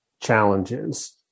challenges